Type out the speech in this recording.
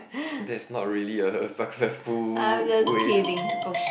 that's not really a successful way to